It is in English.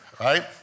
right